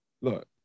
look